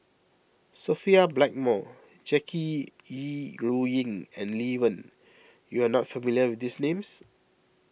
Sophia Blackmore Jackie Yi Ru Ying and Lee Wen you are not familiar with these names